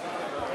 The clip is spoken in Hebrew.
ארדן,